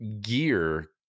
gear